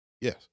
Yes